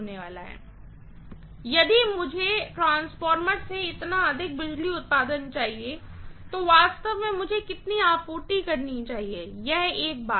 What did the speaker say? इसलिए यदि मुझे ट्रांसफार्मर से इतना अधिक बिजली उत्पादन चाहिए तो वास्तव में मुझे कितना आपूर्ति करना चाहिए यह एक बात है